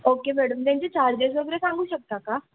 okay madam त्यांचे charges वगैरे सांगू शकता का